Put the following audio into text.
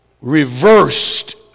reversed